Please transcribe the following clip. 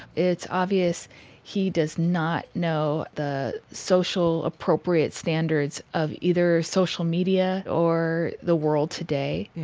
it's obvious he does not know the social appropriate standards of either social media or the world today.